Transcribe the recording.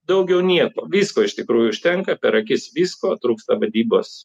daugiau nieko visko iš tikrųjų užtenka per akis visko trūksta vadybos